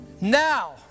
Now